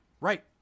Right